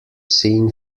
seen